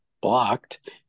blocked